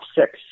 six